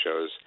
shows